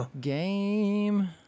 Game